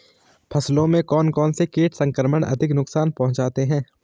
फसलों में कौन कौन से कीट संक्रमण अधिक नुकसान पहुंचाते हैं?